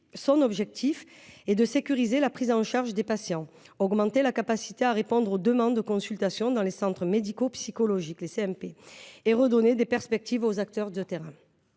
Son objectif est de sécuriser la prise en charge des patients, d’augmenter la capacité à répondre aux demandes de consultations dans les centres médico-psychologiques et de redonner des perspectives aux acteurs de terrain.